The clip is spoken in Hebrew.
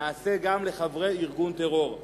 נעשה גם לחברי ארגון טרור.